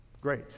great